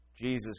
Jesus